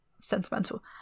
sentimental